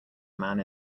man